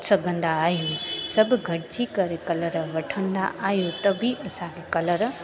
सघंदा आहियूं सभु गॾिजी कलर वठंदा आहियूं तॾहिं बि असांखे कलर